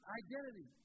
identity